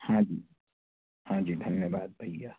हाँ जी हाँ जी धन्यवाद भैया